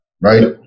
Right